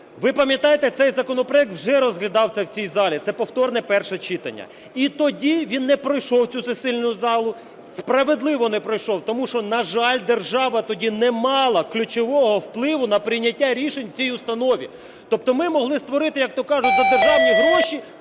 Ви пам'ятаєте, цей законопроект вже розглядався в цій залі, це повторне перше читання. І тоді він не пройшов цю сесійну залу. Справедливо не пройшов, тому що, на жаль, держава тоді не мала ключового впливу на прийняття рішень в цій установі. Тобто ми могли створити, як то кажуть, за державні гроші